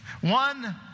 One